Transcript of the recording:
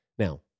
Now